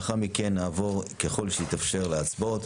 לאחר מכן נעבור, ככל שיתאפשר להצבעות.